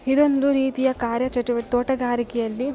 ಇದೊಂದು ರೀತಿಯ ಕಾರ್ಯಚಟುವ ತೋಟಗಾರಿಕೆಯಲ್ಲಿ